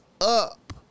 up